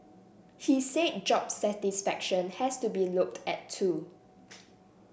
he said job satisfaction has to be looked at too